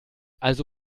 also